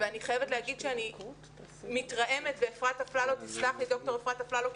ואני חייבת לומר שאני מתרעמת ותסלח לי דוקטור אפרת אפללו כי